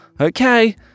Okay